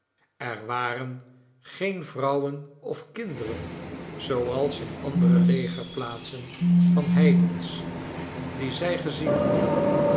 er waren geene vrouwen of kinderen zooals in andere legerplaatsen van heidens die zij gezien had